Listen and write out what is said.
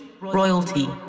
royalty